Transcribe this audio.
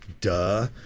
Duh